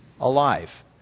alive